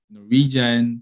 Norwegian